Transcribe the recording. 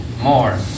more